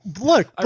Look